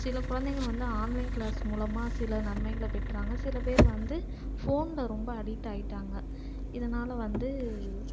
சில குழந்தைகள் வந்து ஆன்லைன் க்ளாஸ் மூலமாக சில நன்மைகளை பெற்றாங்கள் சில பேர் வந்து ஃபோன்ல ரொம்ப அடிக்ட் ஆகிட்டாங்க இதனால் வந்து